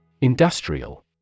Industrial